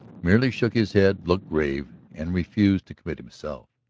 merely shook his head, looked grave, and refused to commit himself.